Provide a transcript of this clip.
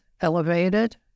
elevated